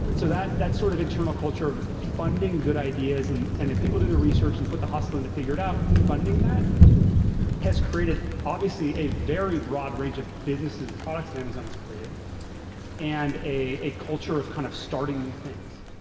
so that that sort of internal culture of funding good ideas and and if people do the research, put the hustle, and figure it out, funding that has created obviously a very broad range of businesses and products the amazon has created and a a culture of kind of starting new things.